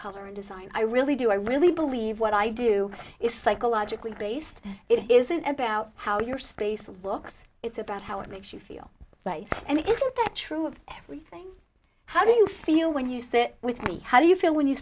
color and design i really do i really believe what i do is psychologically based it isn't about how your space books it's about how it makes you feel right and it isn't that true of everything how do you feel when you sit with me how do you feel when you